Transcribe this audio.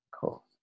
cool